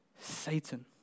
Satan